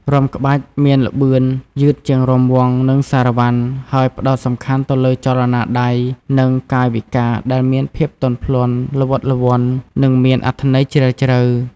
រាំក្បាច់មានល្បឿនយឺតជាងរាំវង់ និងសារ៉ាវ៉ាន់ ហើយផ្តោតសំខាន់ទៅលើចលនាដៃ និងកាយវិការដែលមានភាពទន់ភ្លន់ ល្វត់ល្វន់ និងមានអត្ថន័យជ្រាលជ្រៅ។